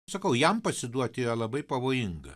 sakau jam pasiduot yra labai pavojinga